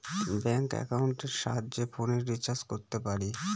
bank একাউন্টের সাহায্যে ফোনের রিচার্জ করতে পারি